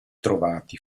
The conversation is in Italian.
trovati